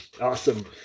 awesome